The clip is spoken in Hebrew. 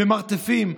במרתפים.